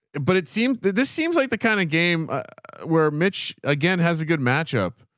but it seems that this seems like the kind of game where mitch again has a good matchup.